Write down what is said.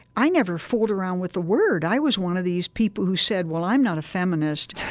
i never fooled around with the word. i was one of these people who said, well, i'm not a feminist,